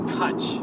touch